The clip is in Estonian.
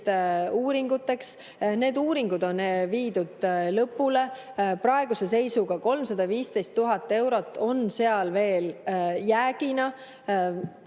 uuringuteks. Need uuringud on viidud lõpule, praeguse seisuga 315 000 eurot on seal veel jäägina.